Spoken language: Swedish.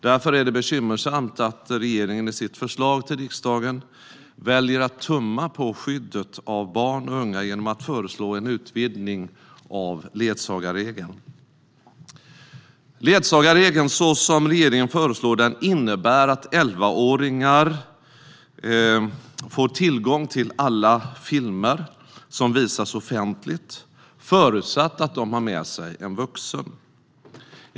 Det är bekymmersamt att regeringen i sitt förslag till riksdagen väljer att tumma på skyddet av barn och unga genom att föreslå en utvidgning av ledsagarregeln. Ledsagarregeln, så som regeringen föreslår den, innebär att elvaåringar får tillgång till alla filmer som visas offentligt, förutsatt att de har med sig någon vuxen.